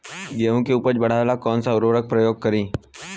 गेहूँ के उपज बढ़ावेला कौन सा उर्वरक उपयोग करीं?